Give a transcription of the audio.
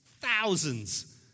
Thousands